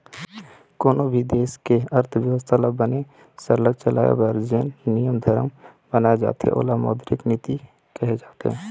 कोनों भी देश के अर्थबेवस्था ल बने सरलग चलाए बर जेन नियम धरम बनाए जाथे ओला मौद्रिक नीति कहे जाथे